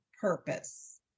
purpose